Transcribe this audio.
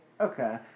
Okay